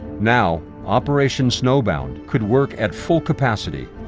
now, operation snowbound could work at full capacity,